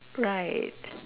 like